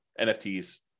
NFTs